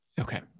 Okay